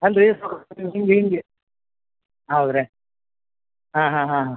ಅಲ್ರಿ ಹೀಗೆ ಹೀಗೆ ಹೌದು ರೀ ಹಾಂ ಹಾಂ ಹಾಂ ಹಾಂ